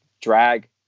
drag